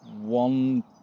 One